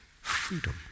Freedom